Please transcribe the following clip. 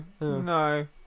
No